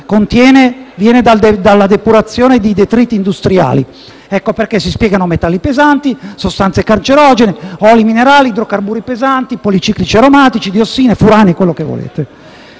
viene dalla depurazione di detriti industriali. Ecco come si spiega la presenza di metalli pesanti, sostanze cancerogene, oli minerali, idrocarburi pesanti, policiclici aromatici, diossine, furani e quello che volete.